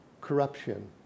Corruption